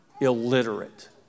illiterate